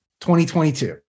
2022